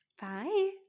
Bye